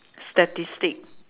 statistic